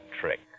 trick